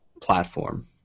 platform